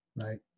right